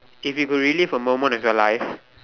if you could relive a moment of your life